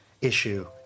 issue